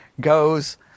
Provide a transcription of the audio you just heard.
goes